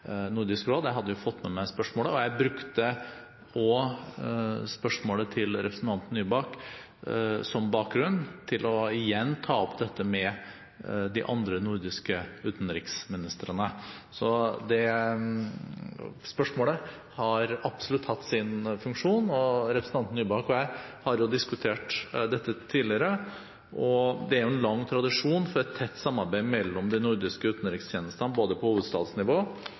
Nordisk råd. Jeg hadde med meg spørsmålet fra representanten Nybakk, og jeg brukte det som bakgrunn for igjen å ta opp dette med de andre nordiske utenriksministrene. Så dette spørsmålet har absolutt hatt sin funksjon, og representanten Nybakk og jeg har jo også diskutert dette tidligere. Det er lange tradisjoner for et tett samarbeid mellom de nordiske utenrikstjenestene, både på